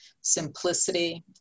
simplicity